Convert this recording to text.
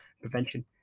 Prevention